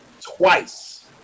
twice